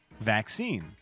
Vaccine